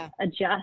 adjust